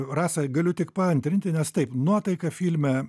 rasa galiu tik paantrinti nes taip nuotaika filme